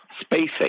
spacing